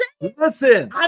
Listen